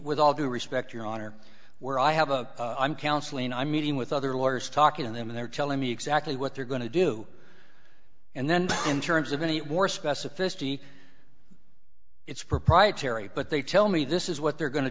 with all due respect your honor where i have a i'm counseling i'm meeting with other lawyers talking in them and they're telling me exactly what they're going to do and then in terms of any more specificity it's proprietary but they tell me this is what they're go